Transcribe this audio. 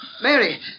Mary